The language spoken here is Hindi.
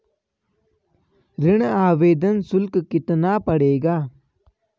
ऋण आवेदन शुल्क कितना पड़ेगा?